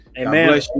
amen